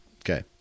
Okay